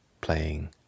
playing